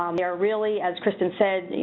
um they are really, as kristen said,